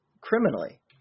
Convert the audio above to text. Criminally